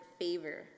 favor